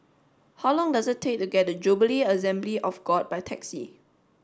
how long does it take to get to Jubilee Assembly of God by taxi